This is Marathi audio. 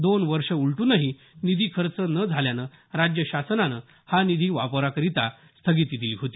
दोन वर्ष उलटूनही निधी खर्च न झाल्यानं राज्य शासनानं हा निधी वापराकरिता स्थगिती दिली होती